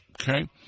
Okay